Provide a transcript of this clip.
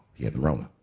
he had the rona.